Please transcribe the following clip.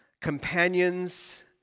companions